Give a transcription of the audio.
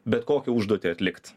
bet kokią užduotį atlikti